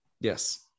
Yes